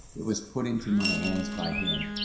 it was put into my hands by him,